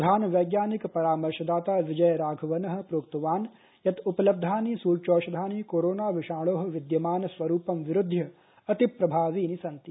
प्रधान वैज्ञानिक परामर्शदाता विजय राघवनःप्रोक्तवान्यत्उपलब्धानिसूच्यौषधानिकोरोना विषाणोः विदयमान स्वरूपंविरुध्यअतिप्रभावीनिसन्ति